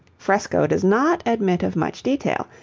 fresco does not admit of much detail,